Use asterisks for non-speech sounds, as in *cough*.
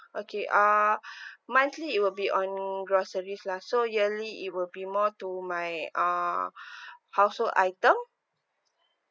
okay uh *breath* monthly it will be on groceries lah so yearly it will be more to my uh *breath* household item